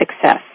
success